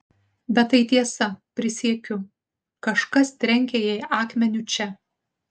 bet tai tiesa prisiekiu kažkas trenkė jai akmeniu čia